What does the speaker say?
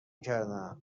کردم